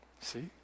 See